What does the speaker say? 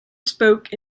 spoke